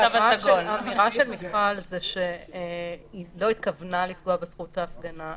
האמירה של מיכל זה שהיא לא התכוונה לפגוע בזכות ההפגנה.